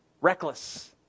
reckless